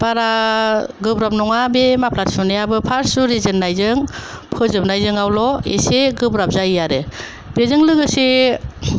बारा गोब्राब नङा बे माफ्लार सुनायाबो फार्स्ट जुरि जेननायजों फोजोबनायजोंआवल' एसे गोब्राब जायो आरो बेजों लोगोसे